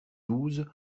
douze